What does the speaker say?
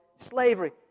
Slavery